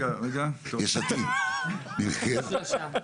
הצבעה לא אושרו.